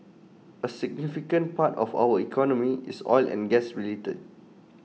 A significant part of our economy is oil and gas related